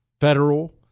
federal